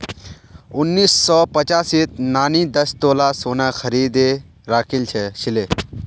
उन्नीस सौ पचासीत नानी दस तोला सोना खरीदे राखिल छिले